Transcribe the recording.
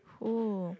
oh